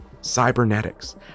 cybernetics